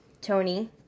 Tony